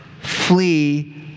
flee